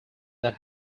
that